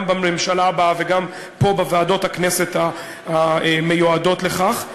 בממשלה הבאה וגם פה בוועדות הכנסת המיועדות לכך.